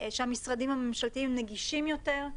שהמשרדים הממשלתיים נגישים יותר,